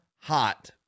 hot